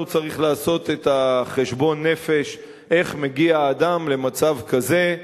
צריך לעשות את חשבון הנפש איך מגיע אדם למצב כזה.